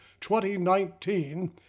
2019